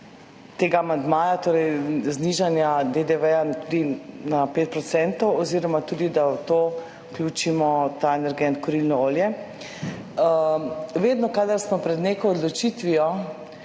tega amandmaja, torej znižanja DDV na 5 procentov oziroma tudi, da v to vključimo ta energent, kurilno olje. Vedno, kadar smo pred neko odločitvijo,